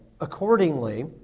accordingly